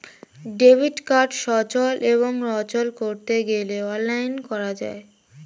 debit card সচল এবং অচল করতে গেলে অনলাইন করা যায়